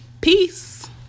Peace